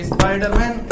Spider-Man